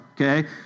Okay